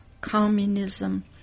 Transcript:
communism